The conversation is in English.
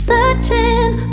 Searching